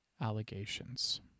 allegations